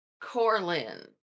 Corlin